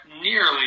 nearly